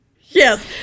Yes